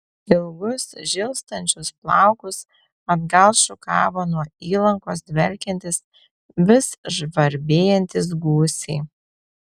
ilgus žilstančius plaukus atgal šukavo nuo įlankos dvelkiantys vis žvarbėjantys gūsiai